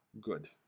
Good